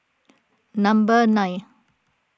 number nine